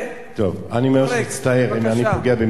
טוב, אני ממש מצטער אם אני פוגע במישהו פה.